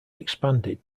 expanded